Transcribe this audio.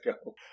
ago